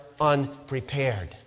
unprepared